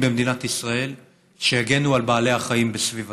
במדינת ישראל שיגנו על בעלי החיים בסביבתם.